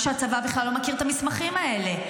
שהצבא בכלל לא מכיר את המסמכים האלה.